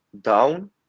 down